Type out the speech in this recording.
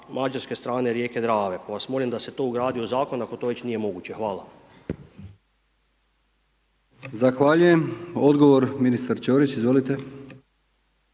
Mađarske strane rijeke Drave. Pa vas molim da se to ugradi u zakon ako to već nije moguće. Hvala. **Brkić, Milijan (HDZ)** Zahvaljujem. Odgovor, ministar Ćorić, izvolite.